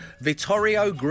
Vittorio